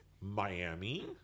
Miami